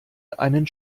einen